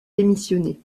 démissionner